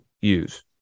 use